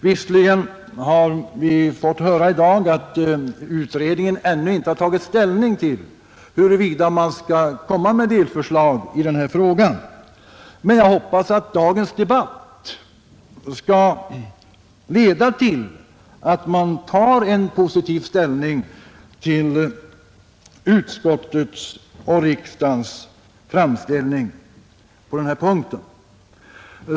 Visserligen har vi i dag fått höra att utredningen ännu inte tagit ståndpunkt till huruvida man skall komma med delförslag i den här frågan, men jag hoppas att dagens debatt skall leda till att man tar en positiv ställning till utskottets och riksdagens uttalanden.